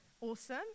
Awesome